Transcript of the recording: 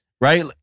right